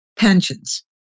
pensions